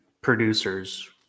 producers